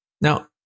Now